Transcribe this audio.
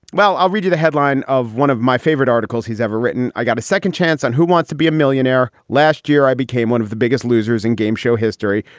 well, i'll read you the headline of one of my favorite articles he's ever written. i got a second chance on who wants to be a millionaire. last year, i became one of the biggest losers in game show history.